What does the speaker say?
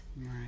Right